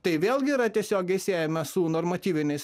tai vėlgi yra tiesiogiai siejama su normatyviniais